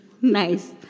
Nice